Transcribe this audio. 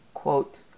Quote